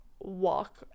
walk